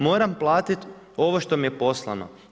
Moram platiti ovo što mi je poslano.